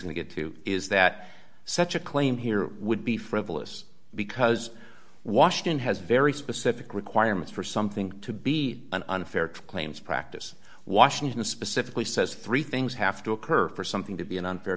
to get to is that such a claim here would be frivolous because washington has very specific requirements for something to be an unfair to claims practice washington specifically says three things have to occur for something to be an unfair